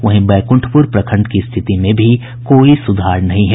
वहीं बैकुंठपुर प्रखंड की स्थिति में भी कोई सुधार नहीं है